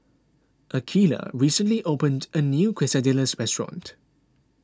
Akeelah recently opened a new Quesadillas restaurant